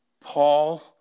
Paul